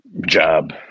job